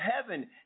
heaven